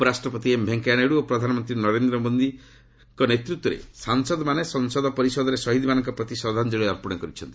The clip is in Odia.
ଉପରାଷ୍ଟ୍ରପତି ଏମ୍ ଭେଙ୍କେୟା ନାଇଡୁ ଓ ପ୍ରଧାନମନ୍ତ୍ରୀ ନରେନ୍ଦ୍ର ମୋଦିଙ୍କ ନେତୂତ୍ୱରେ ସାଂସଦମାନେ ସଂସଦ ପରିସରରେ ଶହୀଦ୍ମାନଙ୍କ ପ୍ରତି ଶ୍ରଦ୍ଧାଞ୍ଜଳୀ ଅର୍ପଣ କରିଛନ୍ତି